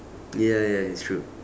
ya ya it's true